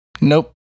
Nope